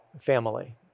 family